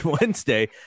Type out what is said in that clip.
Wednesday